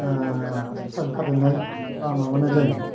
थाइम खाथायनाय बा माबाय जायोमोन